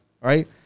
right